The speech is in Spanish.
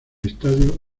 estadio